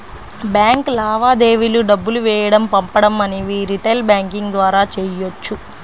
bank లావాదేవీలు డబ్బులు వేయడం పంపడం అనేవి రిటైల్ బ్యాంకింగ్ ద్వారా చెయ్యొచ్చు